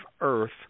earth